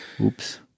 Oops